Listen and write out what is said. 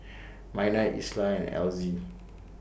Minor Isla and Elzy